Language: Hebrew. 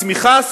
צמיחה,